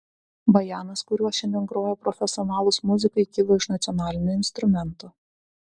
bajanas kuriuo šiandien groja profesionalūs muzikai kilo iš nacionalinio instrumento